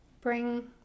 bring